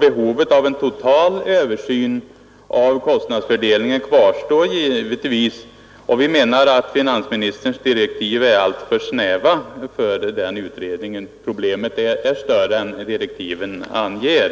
Behovet av en total översyn av kostnadsfördelningen kvarstår givetvis. Vi menar att finansministerns direktiv för den utredningen är alltför snäva; problemet är större än direktiven anger.